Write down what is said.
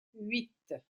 huit